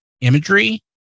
imagery